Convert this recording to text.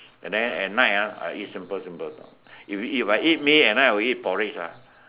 and then at night ah I eat simple simple if I eat Mee at night I will eat porridge lah